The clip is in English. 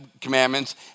commandments